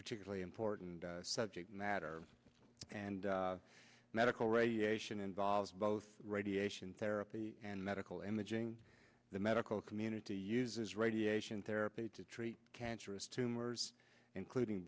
particularly important subject matter and medical radiation involves both radiation therapy and medical imaging the medical community uses radiation therapy to treat cancerous tumors including